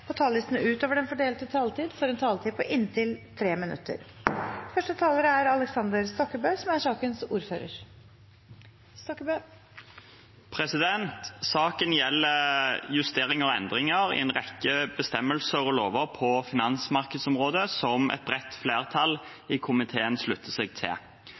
på talerlisten utover den fordelte taletid, får en taletid på inntil 3 minutter. Saken gjelder justeringer og endringer i en rekke bestemmelser og lover på finansmarkedsområdet, som et bredt flertall i komiteen slutter seg til.